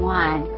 one